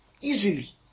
Easily